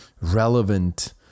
relevant